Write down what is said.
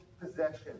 possession